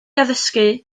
addysgu